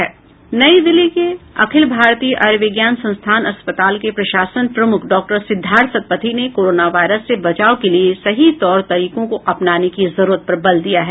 नई दिल्ली के अखिल भारतीय आयुर्विज्ञान संस्थान अस्पताल के प्रशासन प्रमुख डॉक्टर सिद्धार्थ सतपथी ने कोरोना वायरस से बचाव के लिए सही तौर तरीकों को अपनाने की जरूरत पर बल दिया है